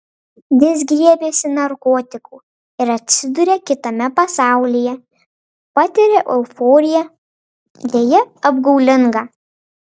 jis griebiasi narkotikų ir atsiduria kitame pasaulyje patiria euforiją deja apgaulingą